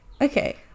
okay